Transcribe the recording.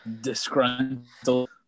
disgruntled